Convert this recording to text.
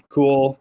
Cool